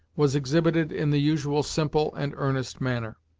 was exhibited in the usual simple and earnest manner.